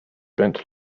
bent